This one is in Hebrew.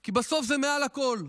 כי בסוף זה מעל הכול.